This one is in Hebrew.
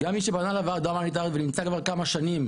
גם מי שפנה לוועדה הומניטרית ונמצא כבר כמה שנים